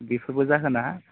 बेफोरबो जाहोना